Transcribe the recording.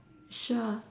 sure